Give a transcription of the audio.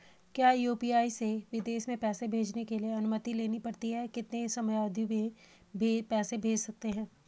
क्या यु.पी.आई से विदेश में पैसे भेजने के लिए अनुमति लेनी पड़ती है कितने समयावधि में पैसे भेज सकते हैं?